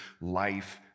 life